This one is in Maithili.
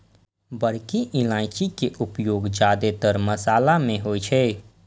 बड़की इलायची के उपयोग जादेतर मशाला मे होइ छै